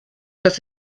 dass